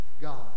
God